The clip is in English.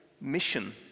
mission